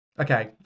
Okay